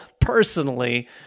personally